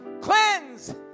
Cleanse